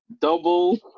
double